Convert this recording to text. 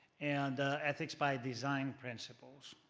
and ethics by design principles,